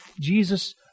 Jesus